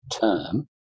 term